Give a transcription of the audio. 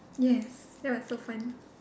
yes that was so fun